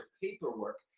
paperwork